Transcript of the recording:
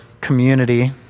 community